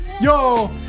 Yo